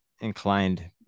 inclined